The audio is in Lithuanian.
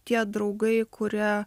tie draugai kurie